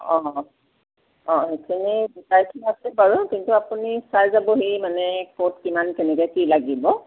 অঁ অঁ সেইখিনি গোটাই থোৱা আছে বাৰু কিন্তু আপুনি চাই যাবহি মানে ক'ত কিমান কেনেকৈ কি লাগিব